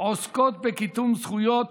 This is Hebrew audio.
עוסקות בקידום זכויות